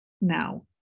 now